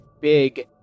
big